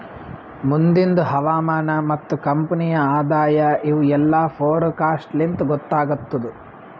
ಮುಂದಿಂದ್ ಹವಾಮಾನ ಮತ್ತ ಕಂಪನಿಯ ಆದಾಯ ಇವು ಎಲ್ಲಾ ಫೋರಕಾಸ್ಟ್ ಲಿಂತ್ ಗೊತ್ತಾಗತ್ತುದ್